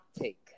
take